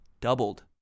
Doubled